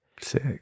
Sick